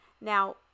Now